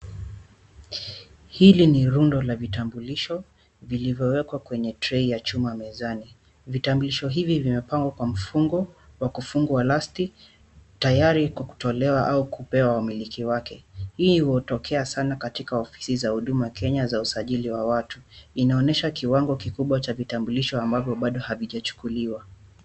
Hili ni rundo la vitambulisho vilivyowekwa kwenye [c]tray[c] ya chuma mezani. Vitambulisho hivi vimepangwa kwa mfungo wa kifungo wa [c]elastic[c] tayari kutolewa au kupewa wamiliki wake. Hili hutokea sana katika ofisi za huduma Kenya za usajili wa watu. Inaonyesha kiwango kikubwa cha vitambulisho ambavyo bado havijachukuliwa.